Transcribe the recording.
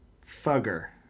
Fugger